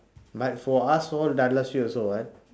but for us all also [what]